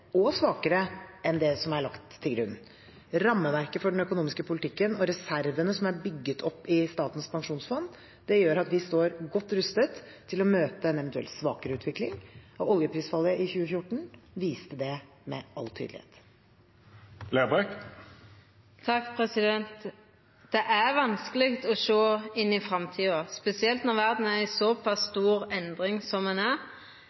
og svakere enn det som er lagt til grunn. Rammeverket for den økonomiske politikken og reservene som er bygget opp i Statens pensjonsfond, gjør at vi står godt rustet til å møte en eventuell svakere utvikling. Oljeprisfallet i 2014 viste det med all tydelighet. Det er vanskeleg å sjå inn i framtida, spesielt når verda er i såpass stor endring som ho er.